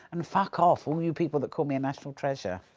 and fuck off all new people that call me a national treasure!